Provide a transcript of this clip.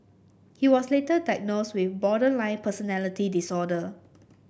he was later diagnosed with borderline personality disorder